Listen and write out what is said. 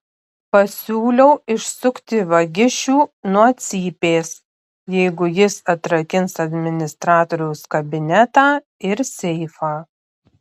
pasiūliau išsukti vagišių nuo cypės jeigu jis atrakins administratoriaus kabinetą ir seifą